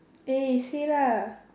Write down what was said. eh say lah